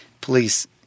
please